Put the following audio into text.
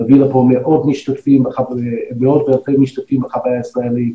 להביא לפה מאות ואלפי משתתפים בחוויה הישראלית.